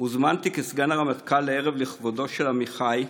הוזמנתי כסגן הרמטכ"ל לערב לכבודו של עמיחי,